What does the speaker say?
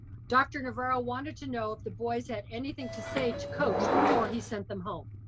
dr. navarro wanted to know if the boys had anything to say to coach before he sent them home.